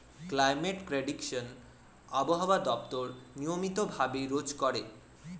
climate prediction আবহাওয়া দপ্তর নিয়মিত ভাবে রোজ করে